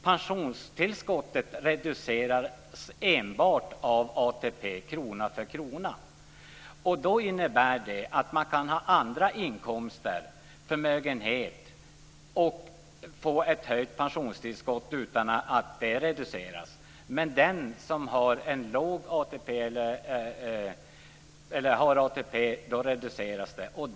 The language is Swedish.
Pensionstillskottet reduceras enbart av ATP krona för krona. Det innebär att man kan ha andra inkomster, förmögenhet, och få ett höjt pensionstillskott utan att det reduceras. Men för den som har ATP sker det en reduktion.